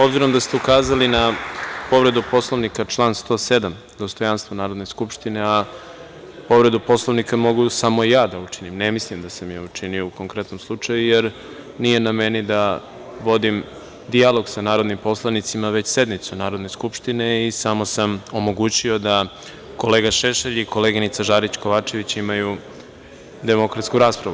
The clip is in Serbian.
Obzirom da ste ukazali na povredu Poslovnika član 107. dostojanstvo Narodne skupštine, a povredu Poslovnika mogu samo ja da učinim, ne mislim da sam je učinio u konkretnom slučaju, jer nije na meni da vodim dijalog sa narodnim poslanicima, već sednicu Narodne skupštine i samo sam omogućio da kolega Šešelj i koleginica Žarić Kovačević imaju demokratsku raspravu.